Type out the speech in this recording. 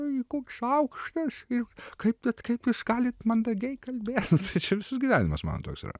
oi koks aukštas ir kaip kad kaip jūs galite mandagiai kalbėt tai čia visas gyvenimas man toks yra